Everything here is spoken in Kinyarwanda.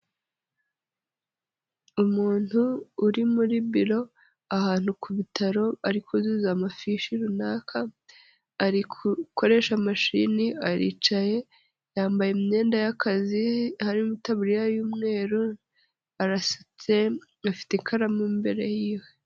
Umuntu uri muri biro ahantu ku bitaro ari kuzuza amafishi runaka ari gukoresha mashini aricaye yambaye imyenda y'akazi harimo itabuririya y'umweru, arasutse afite ikaramu imbere yiwe.